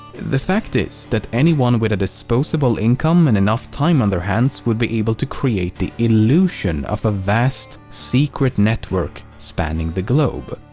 the fact is that anyone with a disposable income and enough time on their hands would be able to create the illusion of a vast secret network spanning the globe.